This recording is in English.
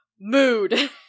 mood